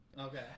Okay